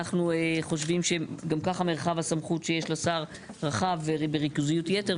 אנחנו חושבים שגם כך מרחב הסמכות שיש לשר הוא רחב ובריכוזיות יתר,